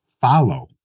follow